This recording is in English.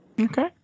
okay